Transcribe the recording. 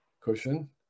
cushion